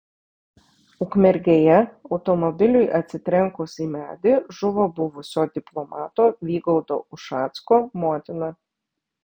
ukmergėje automobiliui atsitrenkus į medį žuvo buvusio diplomato vygaudo ušacko motina